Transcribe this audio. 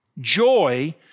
Joy